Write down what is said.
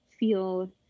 feel